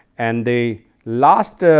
and they last